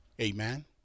amen